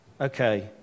okay